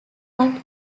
but